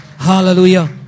Hallelujah